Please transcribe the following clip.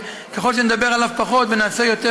שככל שנדבר עליו פחות ונעשה יותר,